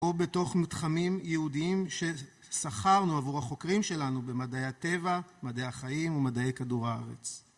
או בתוך מתחמים יהודיים ששכרנו עבור החוקרים שלנו במדעי הטבע, מדעי החיים, ומדעי כדור הארץ.